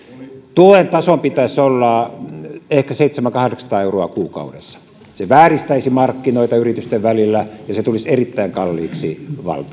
tuen tason pitäisi olla ehkä seitsemänsataa kahdeksansataa euroa kuukaudessa se vääristäisi markkinoita yritysten välillä ja se tulisi erittäin kalliiksi